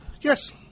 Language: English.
Yes